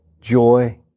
joy